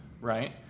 right